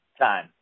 Time